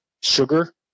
sugar